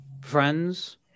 friends